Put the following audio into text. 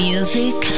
Music